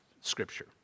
Scripture